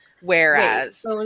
Whereas